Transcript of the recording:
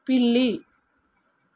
పిల్లి